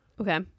Okay